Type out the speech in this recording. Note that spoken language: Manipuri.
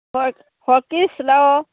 ꯍꯣ ꯍꯣꯀꯤꯟꯁꯂꯣ